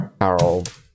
Harold